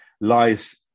lies